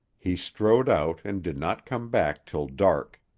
he strode out and did not come back till dark.